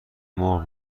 مرغ